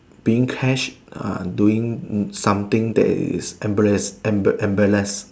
being cash uh doing something that is embarrass embar~ embarrass